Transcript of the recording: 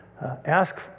Ask